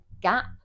gap